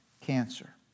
cancer